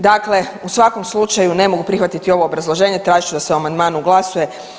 Dakle u svakom slučaju, ne mogu prihvatiti ovo obrazloženje, tražit ću da se o amandmanu glasuje.